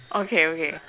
okay okay